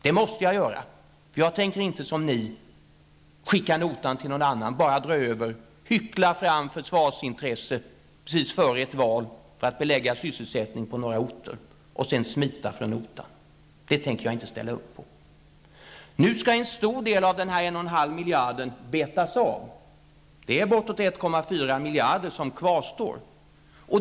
Det måste jag göra. Jag tänker inte som ni socialdemokrater skicka notan till någon annan, dra över budgeten och hyckla fram försvarsintresse precis före ett val för att förlägga sysselsättning till några orter och sedan smita från notan. Det tänker inte jag ställa upp på. Nu skall en stor del av dessa 1,5 miljarder betas av. Det kvarstår bortåt 1,4 miljarder.